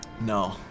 No